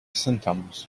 symptoms